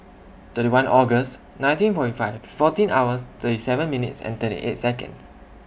thirty one August nineteen forty five fourteen hours three seven minutes and thirty eight Seconds